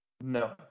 No